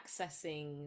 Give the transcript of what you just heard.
accessing